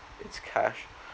it's cash